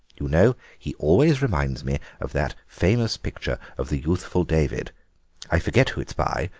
you know, he always reminds me of that famous picture of the youthful david i forget who it's by,